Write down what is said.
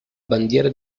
bandiera